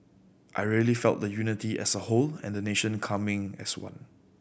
I really felt the unity as a whole and the nation coming as one